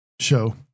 show